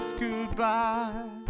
goodbye